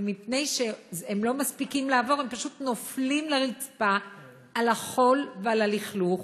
ומפני שהם לא מספיק לעבור הם פשוט נופלים לרצפה על החול ועל הלכלוך,